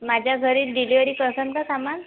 माझ्या घरी डिलेवरी करसान का सामान